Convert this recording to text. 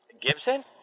Gibson